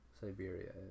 Siberia